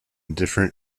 different